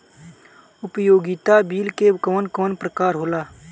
उपयोगिता बिल के कवन कवन प्रकार होला?